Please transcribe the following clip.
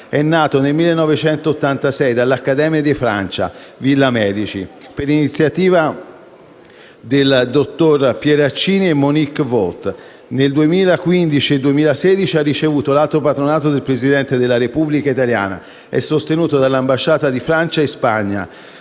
è nato nel 1986 all'Accademia di Francia - Villa Medici per iniziativa di Giovanni Pieraccini e Monique Veaute. Nel 2015 e 2016 ha ricevuto l'Alto Patronato del Presidente della Repubblica Italiana. È sostenuto dalle Ambasciate di Francia e Spagna,